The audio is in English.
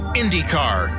indycar